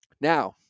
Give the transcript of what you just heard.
Now